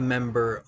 member